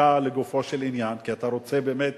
חקיקה לגופו של עניין, כי אתה רוצה באמת